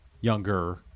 Younger